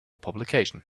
publication